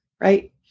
Right